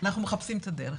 אנחנו מחפשים את הדרך.